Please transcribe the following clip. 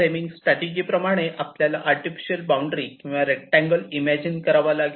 framing strategy प्रमाणे आपल्याला artificial boundary किंवा रेक्टांगल इमॅजीन करावा लागेल